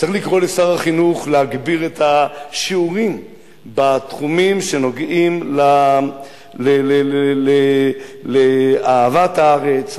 צריך לקרוא לשר החינוך להגביר את השיעורים בתחומים שנוגעים לאהבת הארץ,